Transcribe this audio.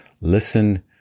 listen